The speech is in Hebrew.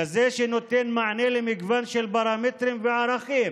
כזה שנותן מענה למגוון של פרמטרים וערכים